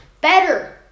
Better